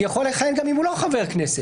יכול לכהן גם אם הוא לא חבר כנסת.